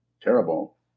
terrible